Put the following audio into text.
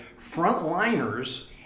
frontliners